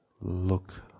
look